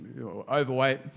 overweight